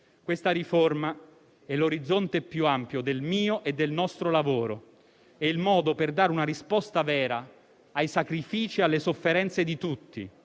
Questa riforma è l'orizzonte più ampio del mio e del nostro lavoro. È il modo per dare una risposta vera ai sacrifici e alle sofferenze di tutti.